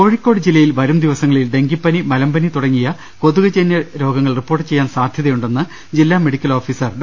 കോഴിക്കോട് ജില്ലയിൽ വരും ദിവ്സുങ്ങളിൽ ഡെങ്കിപ്പനി മല മ്പനി തുടങ്ങിയ കൊതുകുജന്യ രോഗ്ങ്ങൾ റിപ്പോർട്ട് ചെയ്യാൻ സാധ്യതയുണ്ടെന്ന് ജില്ലാ മെഡിക്കൽ ഓഫീസർ ഡോ